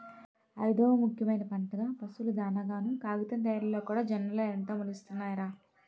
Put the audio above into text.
ఐదవ ముఖ్యమైన పంటగా, పశువుల దానాగాను, కాగితం తయారిలోకూడా జొన్నలే ఎంతో మేలుసేస్తున్నాయ్ రా